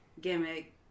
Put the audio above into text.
gimmick